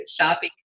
shopping